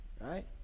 right